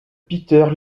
peter